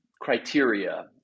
criteria